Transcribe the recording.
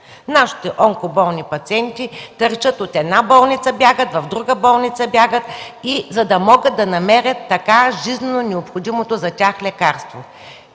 Нашите онкоболни пациенти търчат от една болница в друга, за да могат да намерят така жизнено необходимото за тях лекарство.